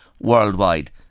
worldwide